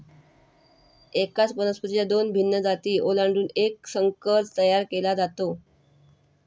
एकाच वनस्पतीच्या दोन भिन्न जाती ओलांडून एक संकर तयार केला जातो